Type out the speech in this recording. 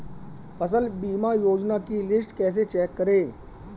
फसल बीमा योजना की लिस्ट कैसे चेक करें?